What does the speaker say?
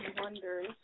wonders